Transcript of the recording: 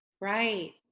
Right